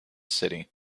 city